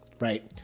right